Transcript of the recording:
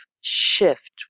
shift